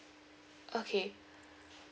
okay